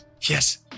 Yes